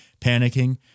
panicking